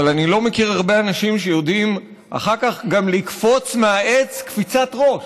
אבל אני לא מכיר הרבה אנשים שיודעים אחר כך גם לקפוץ מהעץ קפיצת ראש,